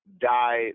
die